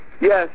Yes